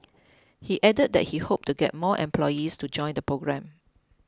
he added that he hoped to get more employees to join the programme